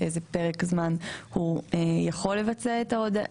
ובאיזה פרק זמן הוא יכול לבצע את העבודה.